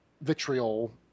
vitriol